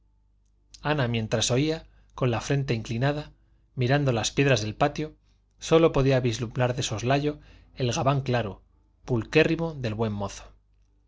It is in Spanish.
ana mientras oía con la frente inclinada mirando las piedras del patio sólo podía vislumbrar de soslayo el gabán claro pulquérrimo del buen mozo